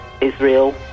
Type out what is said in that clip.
Israel